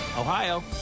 Ohio